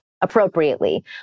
appropriately